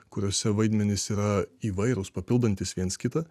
kuriose vaidmenys yra įvairūs papildantys viens kitą